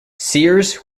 seers